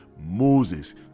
Moses